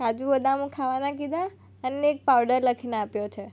કાજુ બદામ ખાવાના કીધા અને એક પાવડર લખીને આપ્યો છે